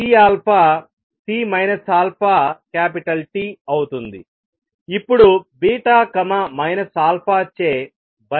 ఇప్పుడు αచే భర్తీ చేయబడింది